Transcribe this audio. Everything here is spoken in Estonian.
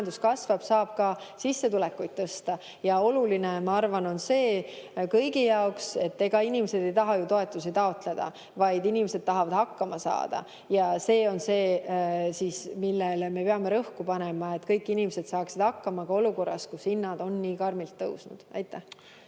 kasvab, saab ka sissetulekuid tõsta. Ja oluline kõigi jaoks, ma arvan, on see, et ega inimesed ei taha ju toetusi taotleda, vaid inimesed tahavad hakkama saada. See on see, millele me peame rõhku panema, et kõik inimesed saaksid hakkama ka olukorras, kus hinnad on nii karmilt tõusnud. Ja